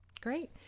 Great